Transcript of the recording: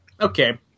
okay